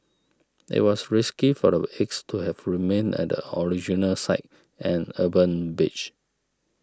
it was risky for the eggs to have remained at the original site an urban beach